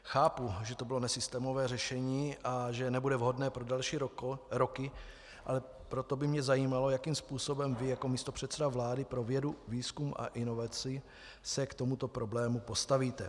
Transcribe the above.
Chápu, že to bylo nesystémové řešení a že nebude vhodné pro další roky, ale proto by mě zajímalo, jakým způsobem vy jako místopředseda vlády pro vědu, výzkum a inovaci se k tomuto problému postavíte.